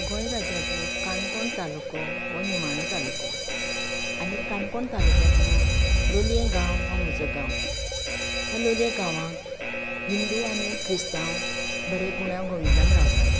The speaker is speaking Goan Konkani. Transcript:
गोंय राज्यातलो काणकोण तालुको हो निमाणो तालुको आनी काणकोण तालुक्यांतलो लोयले गांव हो म्हजो गांव ह्या लोलये गांवाक हिंदू आनी क्रिस्तांव बरे गुणा गोविंदान रावतात